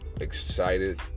excited